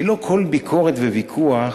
שלא כל ביקורת וויכוח